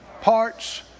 parts